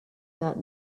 that